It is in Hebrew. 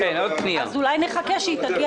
אז אולי נחכה שהיא תגיע.